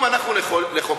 אם אנחנו נחוקק,